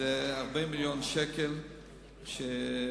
זה 40 מיליון שקל שביטלנו.